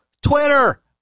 twitter